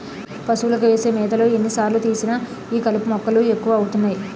పశువులకు వేసే మేతలో ఎన్ని సార్లు తీసినా ఈ కలుపు మొక్కలు ఎక్కువ అవుతున్నాయి